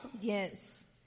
Yes